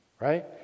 right